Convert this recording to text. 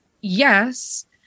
yes